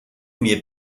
mir